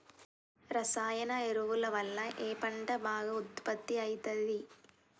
రసాయన ఎరువుల వల్ల ఏ పంట బాగా ఉత్పత్తి అయితది?